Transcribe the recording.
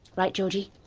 right, georgie?